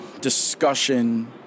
discussion